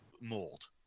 mold